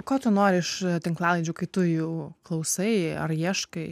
ko tu nori iš tinklalaidžių kai tu jų klausai ar ieškai